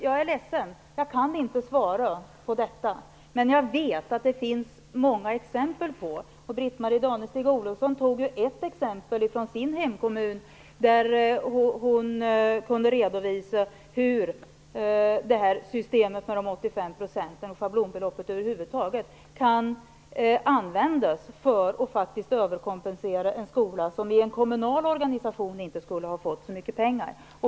Jag är ledsen; jag kan inte svara på detta. Men jag vet att det finns många exempel. Britt Marie Danestig-Olofsson tog ett exempel från sin hemkommun. Hon kunde redovisa hur systemet med de 85 procenten och systemet med schablonbelopp över huvud taget kan användas för att överkompensera en skola som i en kommunal organisation inte skulle ha fått så mycket pengar.